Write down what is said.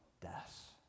death